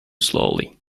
slowly